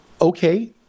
okay